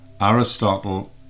Aristotle